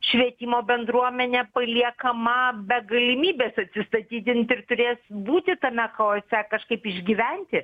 švietimo bendruomenė paliekama be galimybės atsistatydinti ir turės būti tame chaose kažkaip išgyventi